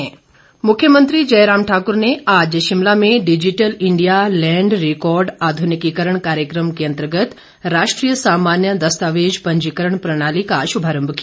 मुख्यमंत्री मुख्यमंत्री जयराम ठाकुर ने आज शिमला में डिजिटल इंडिया लैंड रिकॉर्ड आधुनिकीकरण कार्यकम के अंतर्गत राष्ट्रीय सामान्य दस्तोवेज पंजीकरण प्रणाली का शुभारंभ किया